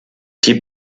die